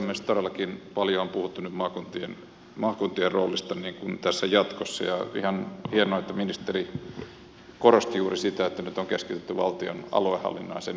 todellakin paljon on puhuttu nyt maakuntien roolista tässä jatkossa ja ihan hienoa että ministeri korosti juuri sitä että nyt on keskitytty valtion aluehallinnon yhdistämiseen